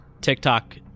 TikTok